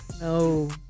No